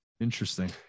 interesting